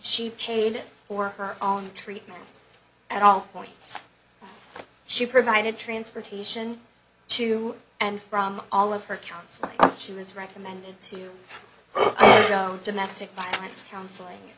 she paid for her own treatment at all points she provided transportation to and from all of her counseling she was recommended to go domestic violence counseling